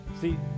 See